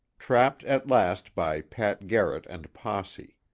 trapped at last by pat garrett and posse.